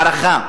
הערכה,